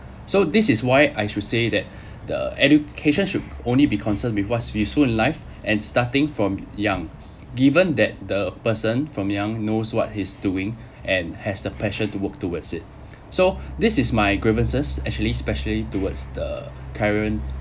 so this is why I should say that the education should only be concerned with what's useful in life and starting from young given that the person from young knows what he's doing and has the passion to work towards it so this is my grievances actually especially towards the current